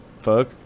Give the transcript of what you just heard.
fuck